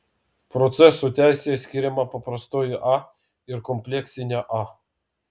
proceso teisėje skiriama paprastoji a ir kompleksinė a